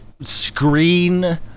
screen